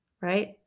Right